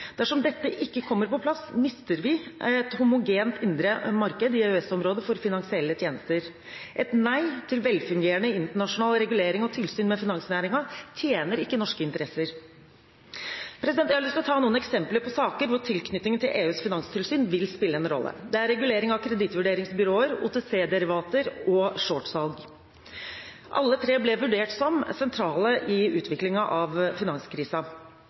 Dersom dette ikke kommer på plass, mister vi et homogent indre marked i EØS-området for finansielle tjenester. Et nei til velfungerende internasjonal regulering og tilsyn med finansnæringen tjener ikke norske interesser. Jeg har lyst til å ta noen eksempler på saker hvor tilknytningen til EUs finanstilsyn vil spille en rolle. Det er regulering av kredittvurderingsbyråer, OTC-derivater og shortsalg. Alle tre ble vurdert som sentrale i utviklingen av